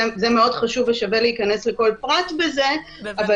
שזה מאוד חשוב ושווה להיכנס לכל פרט בזה כמו